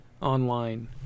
online